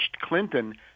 Clinton